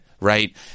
Right